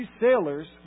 sailors